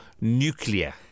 nuclear